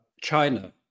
China